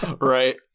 right